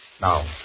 Now